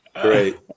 Great